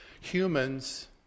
Humans